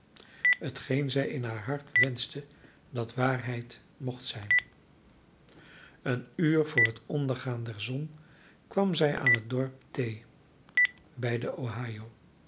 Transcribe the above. hetgeen zij in haar hart wenschte dat waarheid mocht zijn een uur voor het ondergaan der zon kwam zij aan het dorp t bij de